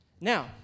Now